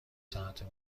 ساعت